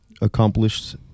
Accomplished